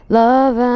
love